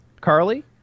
Carly